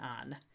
on